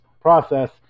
process